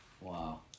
Wow